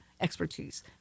expertise